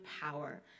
power